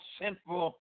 sinful